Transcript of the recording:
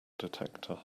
detector